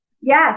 Yes